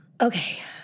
Okay